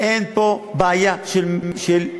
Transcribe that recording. אין פה בעיה של פליטים.